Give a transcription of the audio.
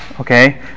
Okay